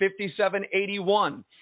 5781